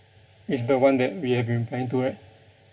it's the one that we have been planning to right